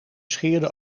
scheerde